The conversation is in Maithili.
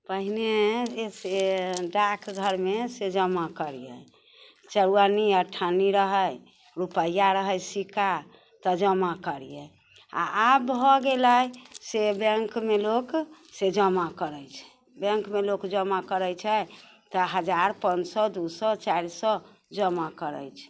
पहिनेसँ डाकघरमे से जमा करियै चौअन्नी अठन्नी रहै रुपैआ रहै सिक्का तऽ जमा करियै आ आब भऽ गेलै से बैंकमे लोक से जमा करैत छै बैंकमे लोक जमा करैत छै तऽ हजार पाँच सए दू सए चारि सए जमा करैत छै